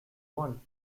one